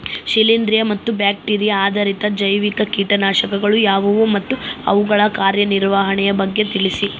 ಶಿಲೇಂದ್ರ ಮತ್ತು ಬ್ಯಾಕ್ಟಿರಿಯಾ ಆಧಾರಿತ ಜೈವಿಕ ಕೇಟನಾಶಕಗಳು ಯಾವುವು ಮತ್ತು ಅವುಗಳ ಕಾರ್ಯನಿರ್ವಹಣೆಯ ಬಗ್ಗೆ ತಿಳಿಸಿ?